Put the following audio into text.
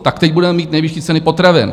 Tak teď budeme mít nejvyšší ceny potravin.